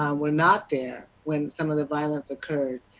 um were not there, when some of the violence occurred.